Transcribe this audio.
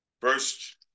First